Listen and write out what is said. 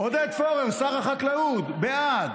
עודד פורר, שר החקלאות, בעד,